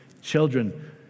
children